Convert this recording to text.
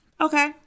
Okay